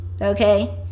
okay